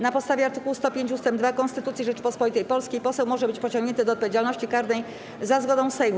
Na podstawie art. 105 ust. 2 Konstytucji Rzeczypospolitej Polskiej poseł może być pociągnięty do odpowiedzialności karnej za zgodą Sejmu.